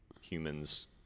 humans